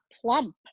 plump